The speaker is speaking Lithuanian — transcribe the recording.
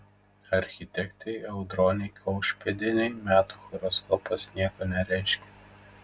architektei audronei kaušpėdienei metų horoskopas nieko nereiškia